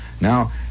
Now